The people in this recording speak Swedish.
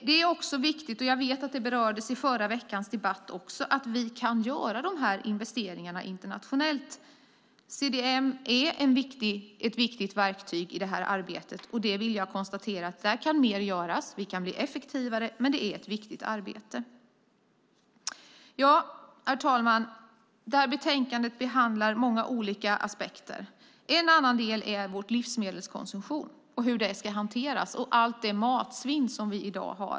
Det är också viktigt - jag vet att det berördes i förra veckans debatt - att vi kan göra de här investeringarna internationellt. CDM är ett viktigt verktyg i det här arbetet. Jag konstaterar att där kan mer göras. Vi kan bli effektivare. Men det är ett viktigt arbete. Ja, herr talman, det här betänkandet behandlar många olika aspekter. En annan del gäller vår livsmedelskonsumtion, hur den ska hanteras, och allt matsvinn som vi i dag har.